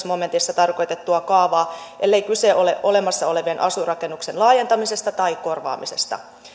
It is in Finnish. momentissa tarkoitettua kaavaa ellei kyse ole olemassa olevien asuinrakennusten laajentamisesta tai korvaamisesta